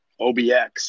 OBX